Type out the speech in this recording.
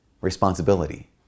responsibility